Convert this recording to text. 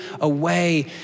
away